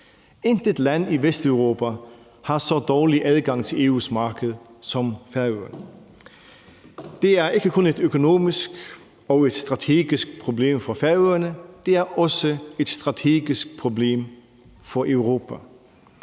Intet land i Vesteuropa har så dårlig adgang til EU's marked som Færøerne. Det er ikke kun et økonomisk og strategisk problem for Færøerne, det er også et strategisk problem for Europa.